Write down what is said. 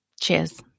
Cheers